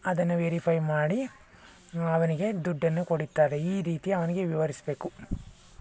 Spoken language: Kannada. ಅದನ್ನು ವೆರಿಫೈ ಮಾಡಿ ಅವನಿಗೆ ದುಡ್ಡನ್ನು ಕೊಡುತ್ತಾರೆ ಈ ರೀತಿ ಅವನಿಗೆ ವಿವರಿಸಬೇಕು